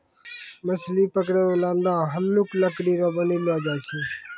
मछली पकड़ै रो नांव हल्लुक लकड़ी रो बनैलो जाय छै